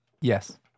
Yes